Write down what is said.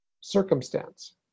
circumstance